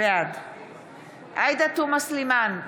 בעד עאידה תומא סלימאן,